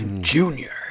Junior